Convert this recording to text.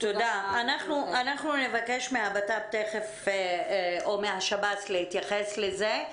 אנחנו נבקש מהבט"פ או מהשב"ס תיכף להתייחס לזה.